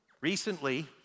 Recently